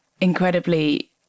incredibly